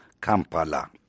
Kampala